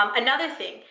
um another thing,